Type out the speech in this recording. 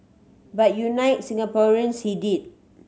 but unite Singaporeans he did